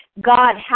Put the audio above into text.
God